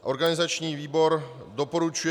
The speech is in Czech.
Organizační výbor doporučuje